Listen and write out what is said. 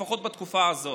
לפחות בתקופה הזאת.